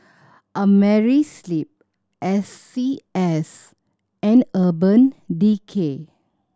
Amerisleep S C S and Urban Decay